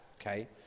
okay